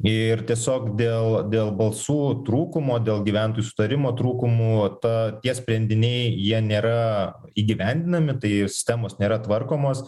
ir tiesiog dėl dėl balsų trūkumo dėl gyventojų sutarimo trūkumų tą tie sprendiniai jie nėra įgyvendinami tai sistemos nėra tvarkomos